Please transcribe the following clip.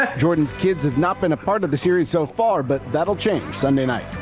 ah jordan's kids have not been a part of the series so far but that will change sunday night.